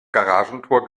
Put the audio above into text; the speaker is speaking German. garagentor